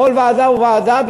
בכל ועדה וועדה,